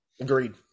Agreed